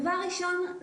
דבר ראשון,